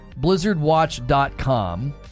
Blizzardwatch.com